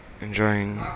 enjoying